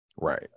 right